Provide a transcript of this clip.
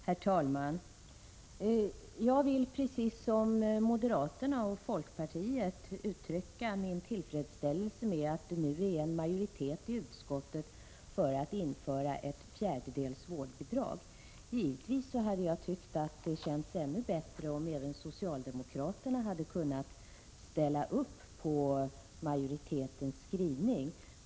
Herr talman! Jag vill precis som moderaterna och folkpartiet uttrycka min tillfredsställelse över att det nu finns en majoritet i utskottet för att införa en fjärdedels vårdbidrag. Givetvis hade det känts ännu bättre om även socialdemokraterna hade kunnat ställa upp bakom majoritetens skrivning.